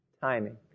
timing